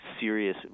serious